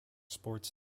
sports